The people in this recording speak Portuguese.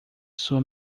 sua